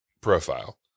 profile